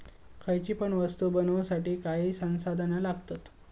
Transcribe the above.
खयची पण वस्तु बनवुसाठी काही संसाधना लागतत